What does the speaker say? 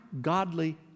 godly